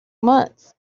months